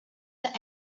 that